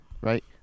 right